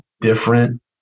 different